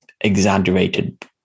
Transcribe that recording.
exaggerated